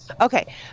Okay